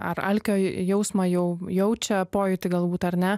ar alkio jausmą jau jaučia pojūtį galbūt ar ne